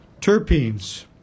Terpenes